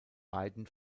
beiden